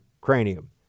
cranium